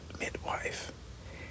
midwife